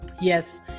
Yes